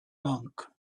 monk